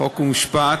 אדוני.